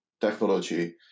technology